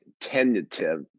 tentative